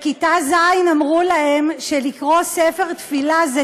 בכיתה ז' אמרו להם שלקרוא ספר תפילה זה טוב,